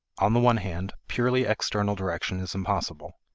on the one hand, purely external direction is impossible.